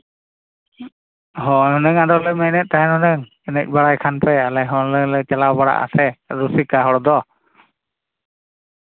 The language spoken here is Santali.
ᱦᱳᱭ ᱚᱱᱟᱜᱮ ᱟᱫᱚᱞᱮ ᱢᱮᱱᱮᱫ ᱛᱟᱦᱮᱱ ᱱᱚᱸᱰᱮ ᱮᱱᱮᱡ ᱵᱟᱲᱟᱭ ᱠᱷᱟᱱ ᱯᱮ ᱟᱞᱮ ᱦᱚᱸᱞᱮ ᱪᱟᱞᱟᱣ ᱵᱟᱲᱟᱜᱼᱟ ᱥᱮ ᱨᱩᱥᱤᱠᱟ ᱦᱚᱲ ᱫᱚ